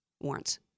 warrants